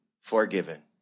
forgiven